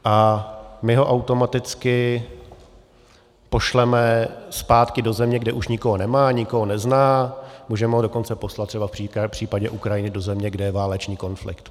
A my ho automaticky pošleme zpátky do země, kde už nikoho nemá, nikoho nezná, můžeme ho dokonce poslat třeba v případě Ukrajiny do země, kde je válečný konflikt.